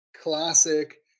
classic